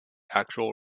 actual